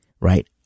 right